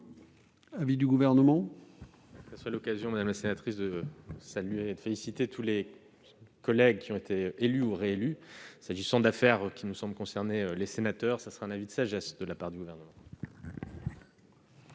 l'avis du Gouvernement ?